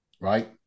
right